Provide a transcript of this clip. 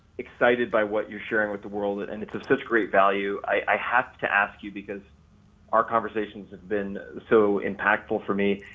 excited by what you're sharing with the world and it's of such great value. i have to ask you because our conversations have been so impactful for me,